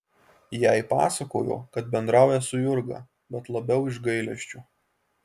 jai pasakojo kad bendrauja su jurga bet labiau iš gailesčio